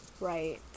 Right